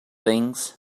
things